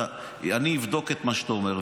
אני אבדוק את מה שאתה אומר,